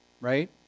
right